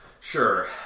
Sure